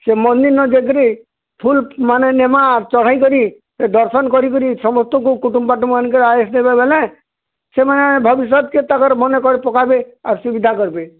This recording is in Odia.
ସେ ମନ୍ଦିର୍ ନ ଯାଇକିରି ଫୁଲ୍ମାନେ ନେମାଁ ଆର୍ ଚଢ଼େଇକିରି ଏ ଦର୍ଶନ୍ କରିକିରି ସମସ୍ତଙ୍କୁ କୁଟୁମ୍ବାଟୁମ୍ ଆନିକରି ବେଲେ ସେମାନେ ଭବିଷ୍ୟତ୍ କେ ତାକର୍ ମନେ ପକାବେ ଆର୍ ସୁବିଧା କର୍ବେ